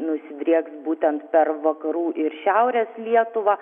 nusidrieks būtent per vakarų ir šiaurės lietuvą